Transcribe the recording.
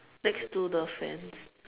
next to the fence